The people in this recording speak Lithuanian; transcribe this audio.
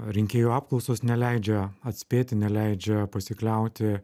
rinkėjų apklausos neleidžia atspėti neleidžia pasikliauti